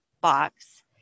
box